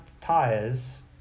tires